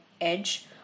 edge